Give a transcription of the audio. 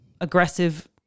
aggressive